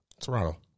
Toronto